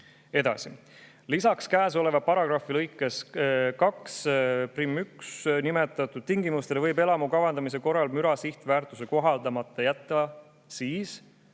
"(22) Lisaks käesoleva paragrahvi lõikes 21nimetatud tingimustele võib elamu kavandamise korral müra sihtväärtuse kohaldamata jätta siis,